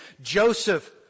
Joseph